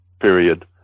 period